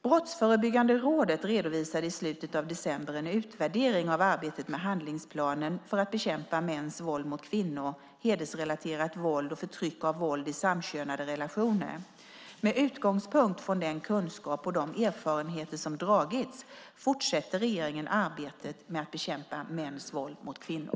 Brottsförebyggande rådet redovisade i slutet av december en utvärdering av arbetet med handlingsplanen för att bekämpa mäns våld mot kvinnor, hedersrelaterat våld och förtryck samt våld i samkönade relationer. Med utgångspunkt från den kunskap och de erfarenheter som dragits fortsätter regeringen arbetet med att bekämpa mäns våld mot kvinnor.